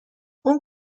اون